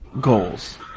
goals